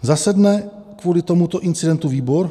Zasedne kvůli tomuto incidentu výbor?